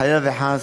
חלילה וחס,